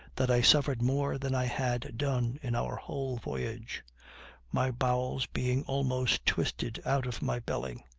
that i suffered more than i had done in our whole voyage my bowels being almost twisted out of my belly.